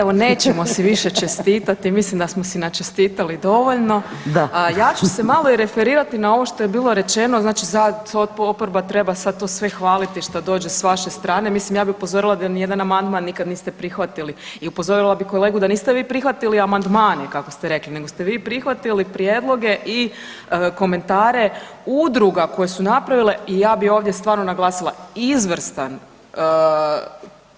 Evo nećemo si više čestitati, mislim da smo si načestitali dovoljno [[Upadica: D.]] ja ću se malo referirati na ovo što je bilo rečeno znači za oporba treba sad to sve hvaliti šta dođe s vaše strane, mislim ja bi upozorila da ni jedan amandman nikad niste prihvatili i upozorila bi kolegu da niste vi prihvatili amandmane kako ste rekli, nego ste vi prihvatili prijedloge i komentare udruga koju su napravile i ja bi ovdje stvarno naglasila, izvrstan